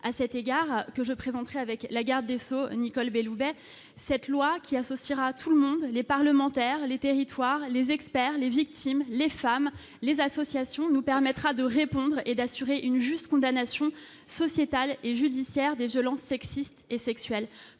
à cet égard que je présenterai avec la garde des Sceaux, Nicole Belloubet, cette loi qui associera tout le monde, les parlementaires, les territoires, les experts, les victimes, les femmes, les associations nous permettra de répondre et d'assurer une juste condamnation sociétal et judiciaire des violences sexistes et sexuelles